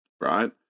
right